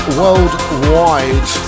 worldwide